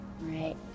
Right